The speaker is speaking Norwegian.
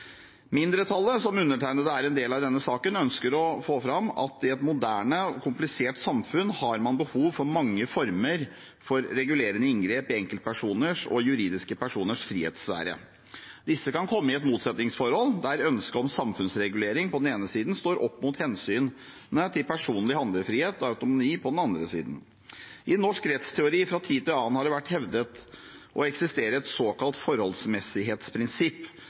Mindretallet, som undertegnede er en del av i denne saken, ønsker å få fram at i et moderne, komplisert samfunn har man behov for mange former for regulerende inngrep i enkeltpersoners og juridiske personers frihetssfære. Disse kan komme i et motsetningsforhold der ønsket om samfunnsregulering på den ene siden står opp mot hensynet til personlig handlefrihet og autonomi på den annen side. I norsk rettsteori har det fra tid til annen vært hevdet å eksistere et såkalt forholdsmessighetsprinsipp